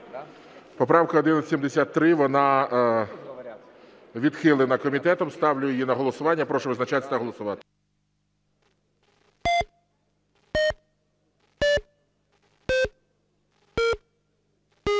Поправка 1173 вона відхилена комітетом. Ставлю її на голосування. Прошу визначатися та голосувати.